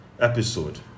episode